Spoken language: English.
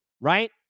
right